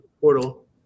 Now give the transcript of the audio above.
portal